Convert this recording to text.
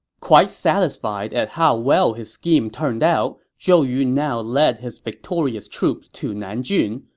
quite satisfied at how well his scheme turned out, zhou yu now led his victorious troops to nanjun,